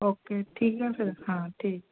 okay ठीक है फिर हाँ ठीक है